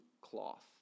cloth